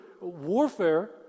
warfare